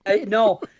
no